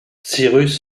cyrus